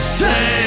say